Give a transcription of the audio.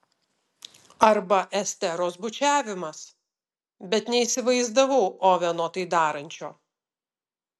arba esteros bučiavimas bet neįsivaizdavau oveno tai darančio